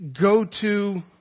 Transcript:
go-to